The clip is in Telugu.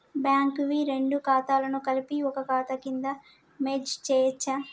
బ్యాంక్ వి రెండు ఖాతాలను కలిపి ఒక ఖాతా కింద మెర్జ్ చేయచ్చా?